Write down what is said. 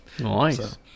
Nice